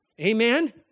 Amen